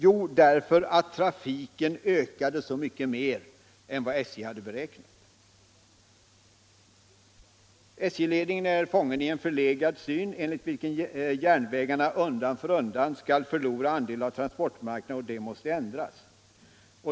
Jo, därför att trafiken ökade så mycket mer än vad SJ hade beräknat. SJ-tedningen är fången i en förlegad syn, enligt vilken järnvägarna undan för undan skall förlora andet av transportmarknaden. Detta måste ändras.